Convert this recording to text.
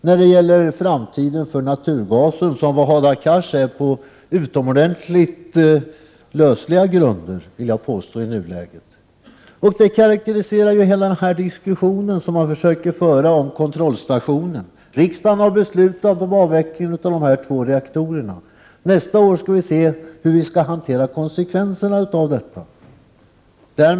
När det gäller Hadar Cars bedömning av naturgasens framtida utveckling står han på utomordentligt löslig grund i nuläget. Det karakteriserar helt den diskussion som man försöker föra när det gäller kontrollstationen. Men riksdagen har ju beslutat om en avveckling av två reaktorer. Nästa år får vi bestämma oss för hur vi skall ställa oss till konsekvenserna i detta sammanhang.